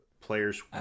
players